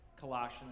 Colossians